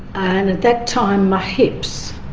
and at that time my hips.